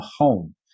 home